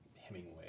Hemingway